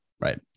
Right